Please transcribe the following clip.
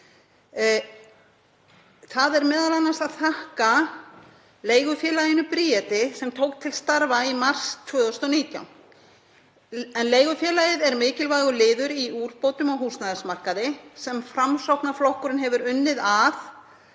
Það er m.a. að þakka leigufélaginu Bríeti sem tók til starfa í mars 2019 en leigufélagið er mikilvægur liður í úrbótum á húsnæðismarkaði sem Framsóknarflokkurinn hefur unnið að